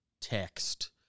text